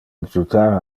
adjutar